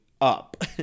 up